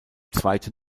zweite